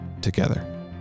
together